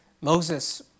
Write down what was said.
Moses